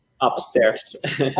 Upstairs